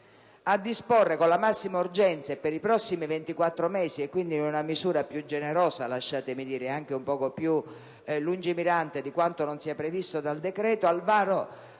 disporre con la massima urgenza, per i prossimi 24 mesi, quindi in misura più generosa e, lasciatemelo dire, più lungimirante di quanto non sia previsto dal decreto, misure